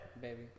Baby